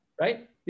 Right